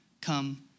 come